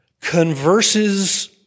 converses